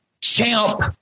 champ